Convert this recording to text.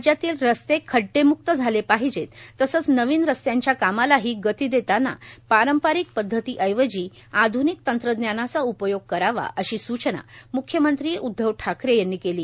राज्यातील रस्ते खड्डेम्क्त झाले पाहिजे तसंच नवीन रस्त्यांच्या कामालाही गती देताना पारंपरिक पद्धती ऐवजी आध्निक तंत्रज्ञानाचा उपयोग करावा अशी सूचना म्ख्यमंत्री उद्धव ठाकरे यांनी केली